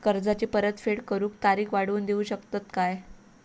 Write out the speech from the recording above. कर्जाची परत फेड करूक तारीख वाढवून देऊ शकतत काय?